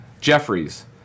Jeffries